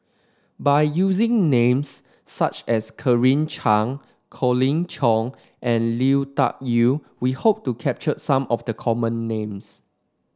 by using names such as Claire Chiang Colin Cheong and Lui Tuck Yew we hope to capture some of the common names